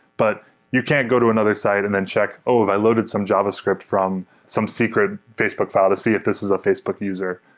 but you can't go to another site and then check, oh! if i loaded some javascript from some secret facebook file to see if this is a facebook user.